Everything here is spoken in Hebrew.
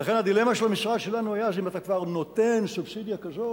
לכן הדילמה של המשרד שלנו היתה: אז אם אתה כבר נותן סובסידיה כזאת,